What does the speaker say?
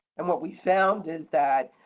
and what we found is that